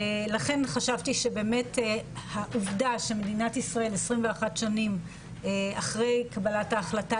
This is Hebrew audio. לכן חשבתי שבאמת העובדה שמדינת ישראל 21 שנים אחרי קבלת ההחלטה,